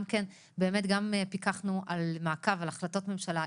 גם פיקחנו על מעקב אחר החלטות ממשלה,